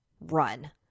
Run